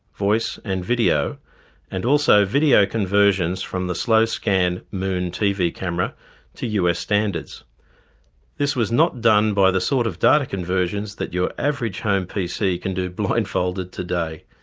voice and video and also video conversions from the slow scan moon tv camera to us standards this was not done by the sort of data conversions that your average home pc can do blindfolded today,